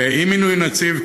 ואי-מינוי נציב,